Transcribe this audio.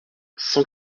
cent